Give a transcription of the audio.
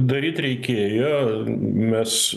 daryt reikėjo mes